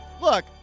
Look